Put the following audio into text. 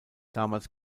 damals